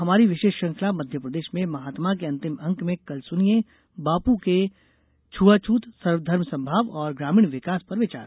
हमारी विशेष श्रंखला मध्यप्रदेश में महात्मा के अंतिम अंक में कल सुनिये बापू के छआछूत सर्वधर्म समभाव और ग्रामीण विकास पर विचार